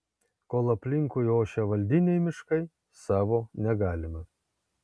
kol aplinkui ošia valdiniai miškai savo negalima